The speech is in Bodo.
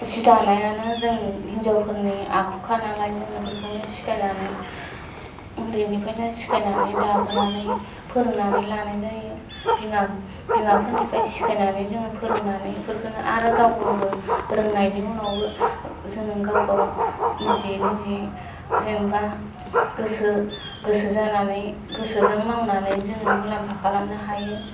जि दानायानो जों हिन्जावफोरनि आखुखा नालाय जों बिफोरखौनो सिखायनानै उन्दैनिफ्रायनो सिखायनानै दाबोनानै फोरोंनानै लानाय जायो बिमा बिमाफोरनिफ्राय सिखायनानै जोङो फोरोंनानै बेफोरखौनो आरो गाव गावबो रोंनायनि उनावबो जोङो गाव गाव निजियैनो निजि जेनेबा गोसो गोसो जानानै गोसोजों मावनानै जोङो मुलाम्फा खालामनो हायो